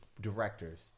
directors